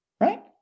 right